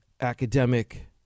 academic